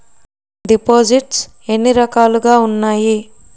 దిపోసిస్ట్స్ ఎన్ని రకాలుగా ఉన్నాయి?